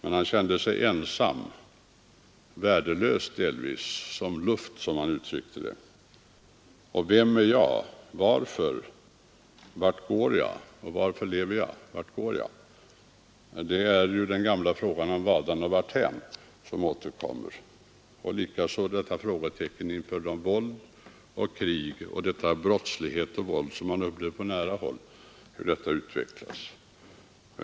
Man kände sig ensam, delvis värdelös — som luft, som det uttrycktes. Vem är jag? Vart går jag? Varför lever jag? Det är ju den gamla frågan om vadan och varthän som återkommer. Likaså kände de oro inför hur våld, krig och brottslighet utvecklas.